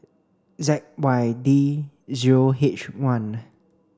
Z Y D zero H one